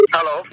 Hello